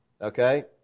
Okay